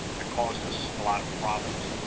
that caused us a lot of problems,